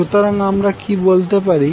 সুতরাং আমরা কি বলতে পারি